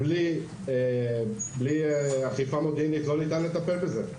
ללא אכיפה מודיעינית, לא ניתן לטפל בזה.